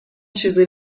چیزی